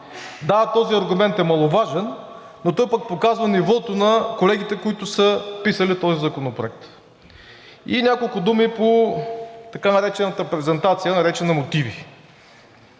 Да, този аргумент е маловажен, но той пък показва нивото на колегите, които са писали този законопроект. И няколко думи за презентацията, така наречена, мотиви.